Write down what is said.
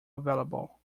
available